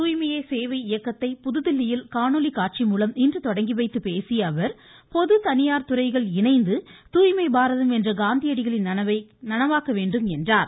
தூய்மையே சேவை இயக்கத்தை புதுதில்லியில் காணொலி காட்சி மூலம் இன்று தொடங்கி வைத்துப் பேசிய அவர் பொது தனியார் துறைகள் இணைந்து தூய்மை பாரதம் என்ற காந்தியடிகளின் கனவை நனவாக்க முடியும் என்றார்